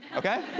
okay?